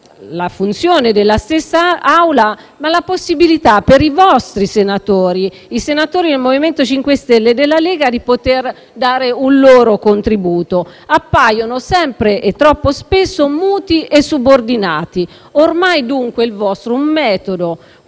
funzione, compresa la possibilità per i vostri senatori, i senatori del MoVimento 5 Stelle e della Lega, di poter dare un loro contributo: appaiono troppo spesso muti e subordinati. Ormai, dunque, il vostro è un metodo